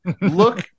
look